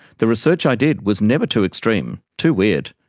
the research i did was never too extreme, too weird,